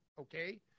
okay